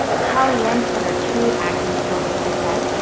holly-ann put her true acting skills to the test.